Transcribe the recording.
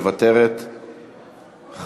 מוותרת,